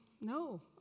No